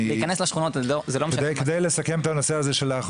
להיכנס לשכונות זה לא משנה.